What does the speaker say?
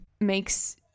makes